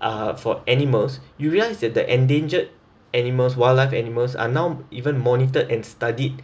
uh for animals you realise that the endangered animals wildlife animals are now even monitored and studied